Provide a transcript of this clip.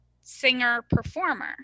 singer-performer